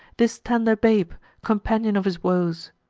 this tender babe, companion of his woes.